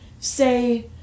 say